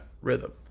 rhythm